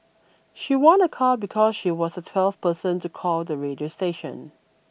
she won a car because she was the twelfth person to call the radio station